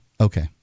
Okay